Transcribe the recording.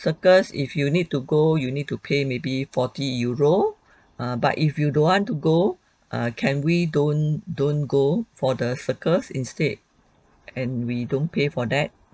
circus if you need to go you need to pay maybe forty euro err but if you don't want to go err can we don't don't go for the circus instead and we don't pay for that